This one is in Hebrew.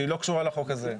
שהיא לא קשורה לחוק הזה.